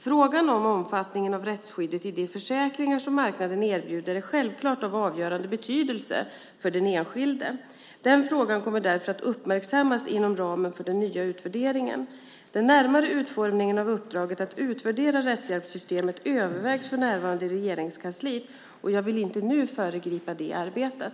Frågan om omfattningen av rättsskyddet i de försäkringar som marknaden erbjuder är självklart av avgörande betydelse för den enskilde. Den frågan kommer därför att uppmärksammas inom ramen för den nya utvärderingen. Den närmare utformningen av uppdraget att utvärdera rättshjälpssystemet övervägs för närvarande i Regeringskansliet. Jag vill inte föregripa det arbetet.